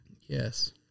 yes